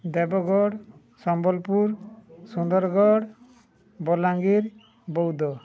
Deogarh Sambalpur Sundargarh Balangir Boudh